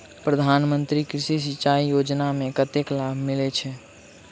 प्रधान मंत्री कृषि सिंचाई योजना मे कतेक लाभ मिलय छै?